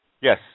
Yes